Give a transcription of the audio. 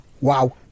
Wow